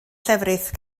llefrith